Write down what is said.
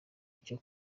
icyo